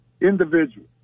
individual